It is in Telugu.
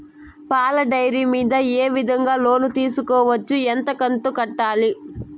పాల డైరీ మీద ఏ విధంగా లోను తీసుకోవచ్చు? ఎంత కంతు కట్టాలి?